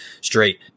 straight